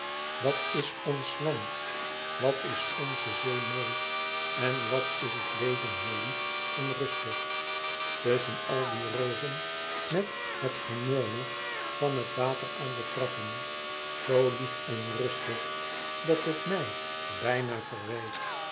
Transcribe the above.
wat is ons land wat is onze zee mooi en wat is het leven hier lief en rustig tusschen al die rozen met het gemurmel van het water aan de trappen zoo lief en rustig dat het e ids aargang mij bijna verwijt